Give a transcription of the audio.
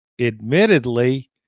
Admittedly